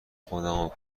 خودمو